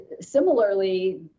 Similarly